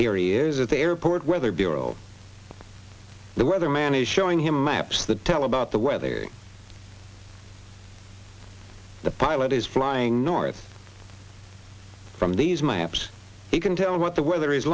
is at the airport weather bureau the weather man is showing him maps that tell about the weather the pilot is flying north from these maps he can tell what the weather is